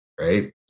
right